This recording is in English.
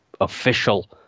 official